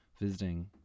visiting